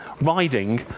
riding